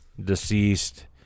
deceased